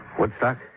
Woodstock